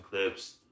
clips